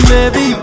Baby